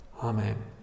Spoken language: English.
Amen